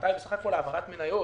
ההפרטה היא בסך הכול העברת מניות.